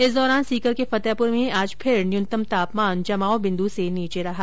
इस दौरान सीकर के फतेहपुर में आज फिर न्यूनतम तापमान जमाव बिन्दू से नीचे रहा